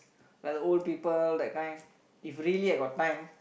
like the old people like that if really I got time